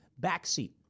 backseat